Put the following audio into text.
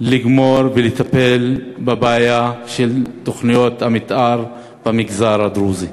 לגמור ולטפל בבעיה של תוכניות המתאר במגזר הדרוזי.